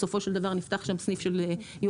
בסופו של דבר נפתח שם סניף של יוחננוף,